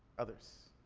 others?